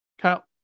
Kyle